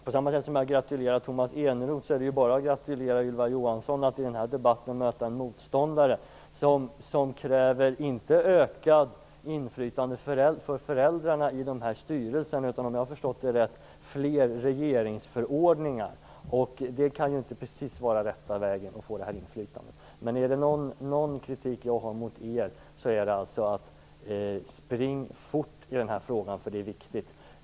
På samma sätt som jag gratulerade Tomas Eneroth är det bara att gratulera Ylva Johansson till att i den här debatten möta motståndare som kräver inte ökat inflytande för föräldrarna i styrelserna utan, om jag förstått det rätt, fler regeringsförordningar. Det kan inte precis vara den rätta vägen att få inflytande. Är det någon kritik jag har mot regeringen är det: Spring fortare i den här frågan, för det är viktigt.